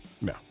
No